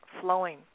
flowing